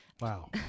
Wow